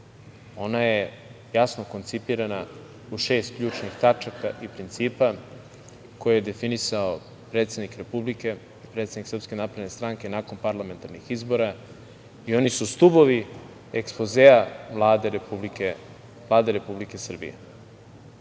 ona je jasno koncipirana u šest ključnih tačaka i principa, koje je definisao predsednik Republike, predsednik SNS, nakon parlamentarnih izbora i oni su stubovi ekpozea Vlade Republike Srbije. Sa